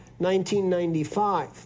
1995